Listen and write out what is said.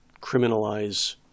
criminalize